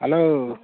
hello